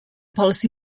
policy